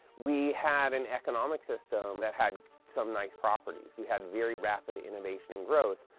we had an economic system that had some nice properties. we had very rapid innovation and growth,